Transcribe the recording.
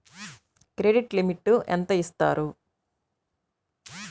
Credit limit ఎంత ఇస్తారు?